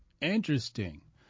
Interesting